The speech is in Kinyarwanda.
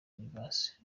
universe